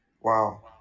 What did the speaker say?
Wow